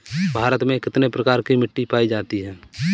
भारत में कितने प्रकार की मिट्टी पाई जाती है?